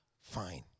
fine